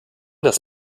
das